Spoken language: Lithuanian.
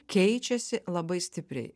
keičiasi labai stipriai